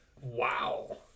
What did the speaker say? Wow